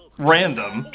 random.